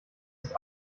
ist